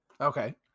Okay